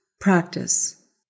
practice